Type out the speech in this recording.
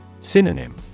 Synonym